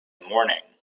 morning